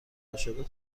عاشق